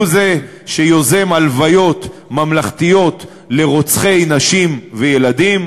הוא זה שיוזם הלוויות ממלכתיות לרוצחי נשים וילדים.